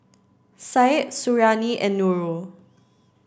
Syed Suriani and Nurul